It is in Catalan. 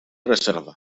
reserva